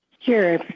Sure